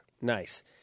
Nice